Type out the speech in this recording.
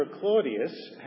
Claudius